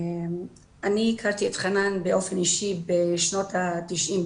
אני הכרתי את חנאן באופן אישי בשנות ה-90,